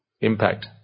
impact